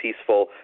peaceful